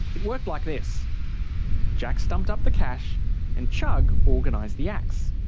worked like this jack stumped up the cash and chugg organised the acts.